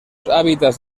hábitats